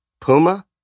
Puma